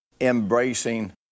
embracing